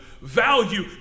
value